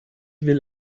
will